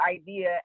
idea